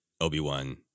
Obi-Wan